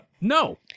No